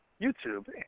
YouTube